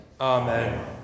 Amen